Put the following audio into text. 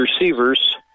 receivers